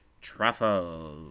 truffle